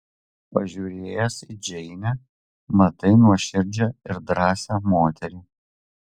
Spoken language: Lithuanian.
pažiūrėjęs į džeinę matai nuoširdžią ir drąsią moterį